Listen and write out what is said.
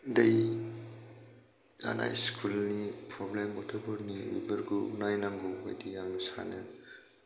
दै थानाय स्कुलनि प्रब्लेम गथ'फोरनि प्रब्लेम बेफोरखौ नायनांगौ बादि आं सानो